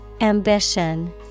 Ambition